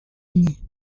unis